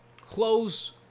Close